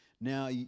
Now